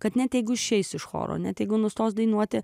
kad net jeigu išeis iš choro net jeigu nustos dainuoti